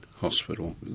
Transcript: hospital